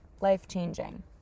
life-changing